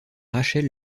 rachel